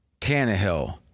Tannehill